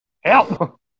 help